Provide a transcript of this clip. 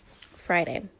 Friday